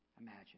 imagine